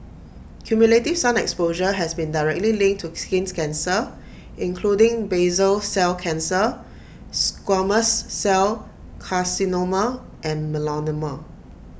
cumulative sun exposure has been directly linked to skin cancer including basal cell cancer squamous cell carcinoma and melanoma